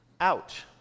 ouch